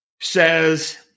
says